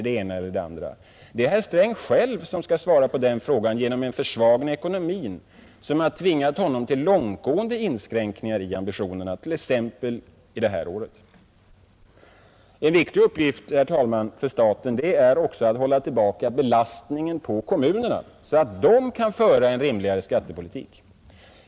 Det är herr Sträng själv som skall svara på den frågan, eftersom en försvagning av ekonomin har tvingat honom till en långtgående inskränkning av ambitionerna, t.ex. för detta år. En viktig uppgift för staten är också att hålla tillbaka belastningen på kommunerna, så att de kan föra en rimligare skattepolitik.